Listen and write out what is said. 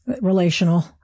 relational